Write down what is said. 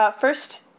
First